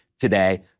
today